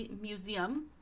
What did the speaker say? museum